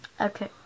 Okay